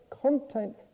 content